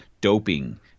doping